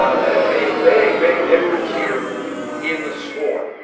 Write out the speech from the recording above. um that have made a big big difference here in the score.